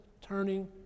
turning